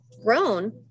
grown